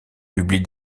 publie